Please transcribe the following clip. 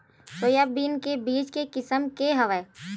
Soybean के बीज के किसम के हवय?